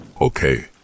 Okay